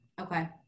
Okay